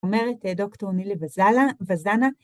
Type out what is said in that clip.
אומרת דוקטור נילי ואזנה.